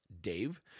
Dave